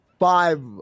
Five